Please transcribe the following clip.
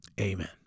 amen